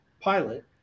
pilot